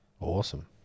Awesome